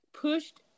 pushed